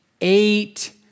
eight